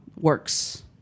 works